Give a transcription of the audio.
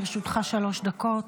לרשותך שלוש דקות.